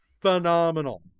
phenomenal